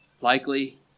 likely